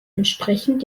entsprechend